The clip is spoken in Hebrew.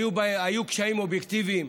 היו קשיים אובייקטיביים